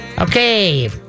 Okay